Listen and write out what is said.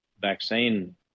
vaccine